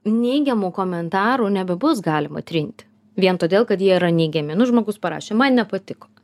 neigiamų komentarų nebebus galima trinti vien todėl kad jie yra neigiami nu žmogus parašė man nepatiko